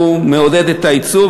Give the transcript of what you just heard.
הוא מעודד את היצוא,